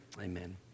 Amen